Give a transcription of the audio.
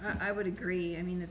i would agree i mean